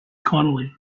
connolly